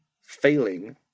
failing